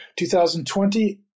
2020